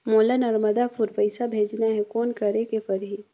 मोला नर्मदापुर पइसा भेजना हैं, कौन करेके परही?